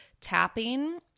tapping